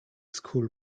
school